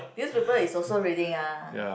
newspaper is also reading ah